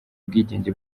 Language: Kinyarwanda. ubwigenge